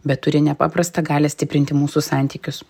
bet turi nepaprastą galią stiprinti mūsų santykius